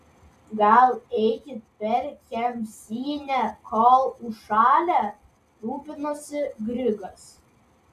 gal eikit per kemsynę kol užšalę rūpinosi grigas